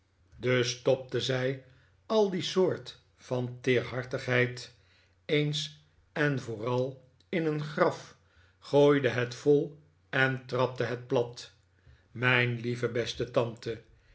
dus stopte zij al die soort van teerhartigheid eens en voor al in een graf gooide het vol en trapte het plat v mijn lieve beste tante